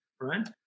right